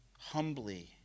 Humbly